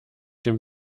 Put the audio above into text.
dem